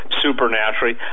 supernaturally